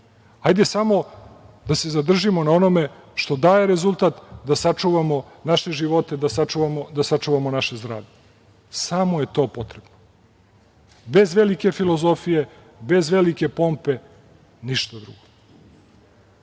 Hajde samo da se zadržimo na onome što daje rezultat, da sačuvamo naše živote, da sačuvamo naše zdravlje. Samo je to potrebno, bez velike filozofije, bez velike pompe, ništa